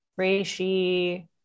Reishi